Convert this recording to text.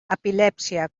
epilèpsia